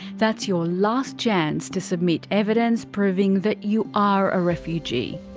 that's your last chance to submit evidence proving that you are a refugee.